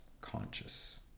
conscious